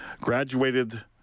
graduated